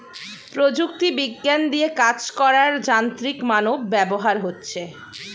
প্রযুক্তি বিজ্ঞান দিয়ে কাজ করার যান্ত্রিক মানব ব্যবহার হচ্ছে